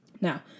Now